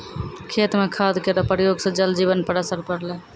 खेत म खाद केरो प्रयोग सँ जल जीवन पर असर पड़लै